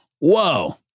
whoa